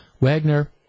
Wagner